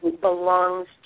belongs